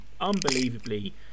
unbelievably